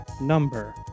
Number